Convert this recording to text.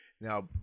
Now